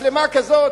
מצלמה כזאת,